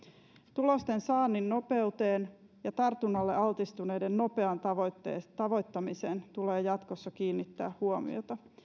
tulosten saannin nopeuteen ja tartunnalle altistuneiden nopeaan tavoittamiseen tulee jatkossa kiinnittää huomiota